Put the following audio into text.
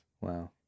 Wow